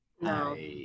No